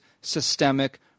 systemic